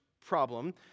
problem